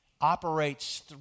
operates